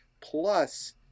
Plus